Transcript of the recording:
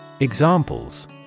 Examples